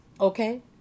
Okay